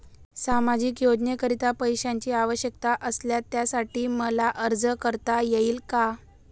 सामाजिक योजनेकरीता पैशांची आवश्यकता असल्यास त्यासाठी मला अर्ज करता येईल का?